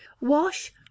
wash